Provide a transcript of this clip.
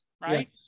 right